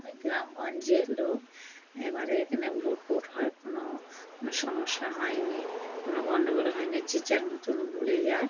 আমি গ্রাম গঞ্জের লোক এবারে এখানে ভোটপোট হয় কোনো সমস্যা হয় নি কোনো গণ্ডগোলও হয়নি যে যার মতন ভুলে যায়